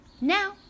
Now